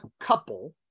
couple